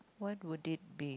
what would it be